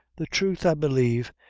the truth, i believe,